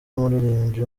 w’umuririmbyi